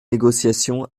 négociation